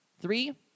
Three